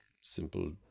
simple